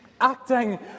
Acting